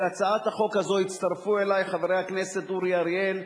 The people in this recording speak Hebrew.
אל הצעת החוק הזו הצטרפו אלי חברי הכנסת אורי אריאל,